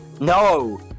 No